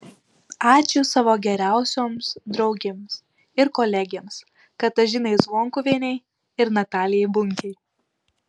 ačiū savo geriausioms draugėms ir kolegėms katažinai zvonkuvienei ir natalijai bunkei